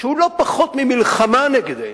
שהוא לא פחות ממלחמה נגדנו.